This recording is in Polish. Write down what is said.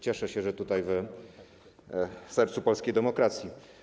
Cieszę się, że tutaj, w sercu polskiej demokracji.